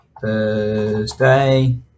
thursday